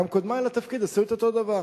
גם קודמי לתפקיד עשו את אותו הדבר,